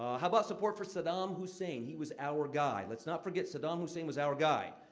how about support for saddam hussein? he was our guy. let's not forget saddam hussein was our guy.